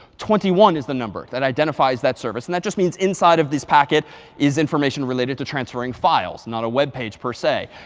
twenty one is the number that identifies that service. and that just means inside of this packet is information related to transferring files, not a web page per se.